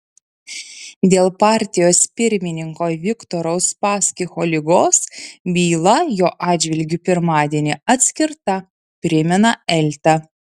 dėl partijos pirmininko viktoro uspaskicho ligos byla jo atžvilgiu pirmadienį atskirta primena elta